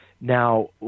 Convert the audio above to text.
Now